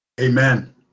Amen